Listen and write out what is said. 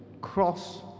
cross